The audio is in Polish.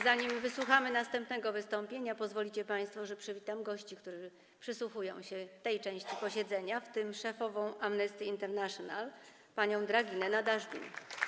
Zanim wysłuchamy następnego wystąpienia, pozwolicie państwo, że przywitam gości, którzy przysłuchują się tej części posiedzenia, w tym szefową Amnesty International panią Draginję Nadazdin.